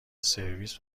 سرویس